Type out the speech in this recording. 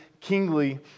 kingly